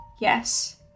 Yes